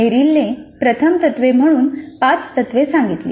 मेरिलने प्रथम तत्त्वे म्हणून पाच तत्त्वे सांगितली